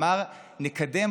אמר: נקדם,